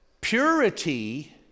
purity